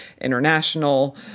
International